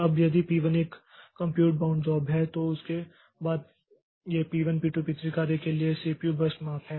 अब यदि P1 एक कंप्यूट बाउंड जॉब है तो इसके बाद ये P1 P2 P3 कार्य के लिए सीपीयू बर्स्ट माप हैं